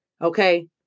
Okay